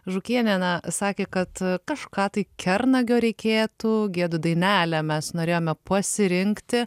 žukienė na sakė kad kažką tai kernagio reikėtų giedu dainelę mes norėjome pasirinkti